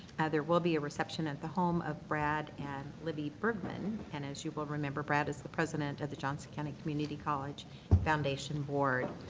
there will be a reception at the home of brad and libby bergman, and as you will remember, brad is the president of the johnson county community college foundation board.